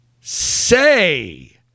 say